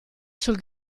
sul